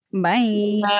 Bye